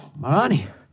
Marani